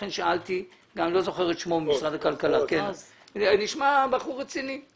לכן שאלתי את נציג משרד הכלכלה שנשמע בחור רציני.